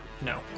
No